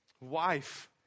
Wife